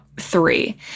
three